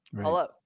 Hello